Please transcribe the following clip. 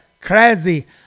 Crazy